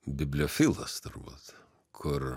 bibliofilas turbūt kur